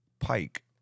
Pike